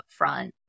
upfront